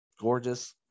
gorgeous